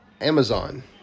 Amazon